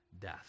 death